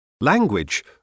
Language